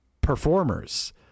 performers